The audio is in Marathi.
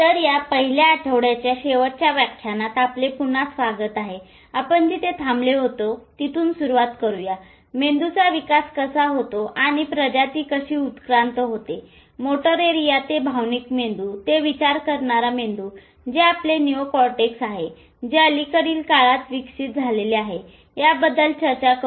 तर या पहिल्या आठवड्याच्या शेवटच्या व्याख्यानात आपले पुन्हा स्वागत आहे आपण जिथे थांबलो होतो तिथून सुरूवात करूया मेंदूचा विकास कसा होतो आणि प्रजाती कशी उत्क्रांत होते मोटर एरिया ते भावनिक मेंदू ते विचार करणारा मेंदू जे आपले NEO कॉर्टेक्स आहे जे अलीकडील काळात विकसित झालेले आहे याबद्दल चर्चा करून